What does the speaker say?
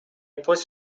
پست